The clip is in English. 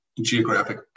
geographic